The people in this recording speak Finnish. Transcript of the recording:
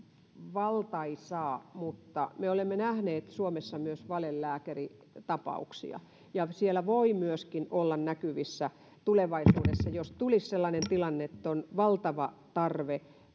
valtaisaa mutta me olemme nähneet suomessa myös valelääkäritapauksia ja sitä voi myöskin olla näkyvissä tulevaisuudessa jos tulisi sellainen tilanne että on valtava tarve